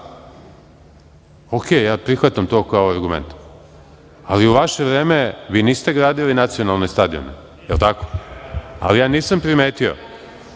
Okej, ja prihvatam to kao argument. Ali, u vaše vreme vi niste gradili nacionalne stadione, jel tako? Ali, ja nisam primetio